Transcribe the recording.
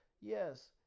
Yes